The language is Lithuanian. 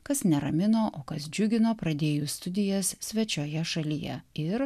kas neramino o kas džiugino pradėjus studijas svečioje šalyje ir